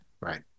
right